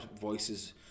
voices